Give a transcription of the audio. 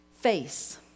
face